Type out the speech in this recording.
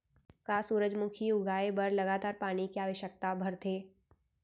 का सूरजमुखी उगाए बर लगातार पानी के आवश्यकता भरथे?